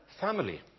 family